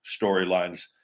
storylines